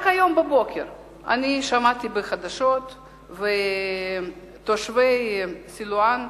רק היום בבוקר אני שמעתי בחדשות שתושבי סילואן,